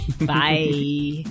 Bye